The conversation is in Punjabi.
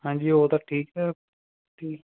ਹਾਂਜੀ ਉਹ ਤਾਂ ਠੀਕ ਹੈ ਜੀ